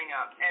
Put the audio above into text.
up